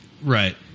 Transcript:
Right